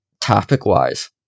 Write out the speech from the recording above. Topic-wise